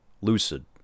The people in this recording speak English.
lucid